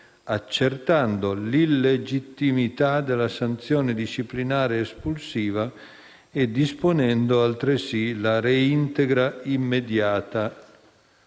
accertando l’illegittimità della sanzione disciplinare espulsiva e disponendo altresì la reintegra immediata